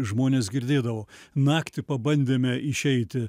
žmones girdėdavo naktį pabandėme išeiti